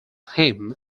him